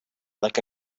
like